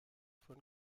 von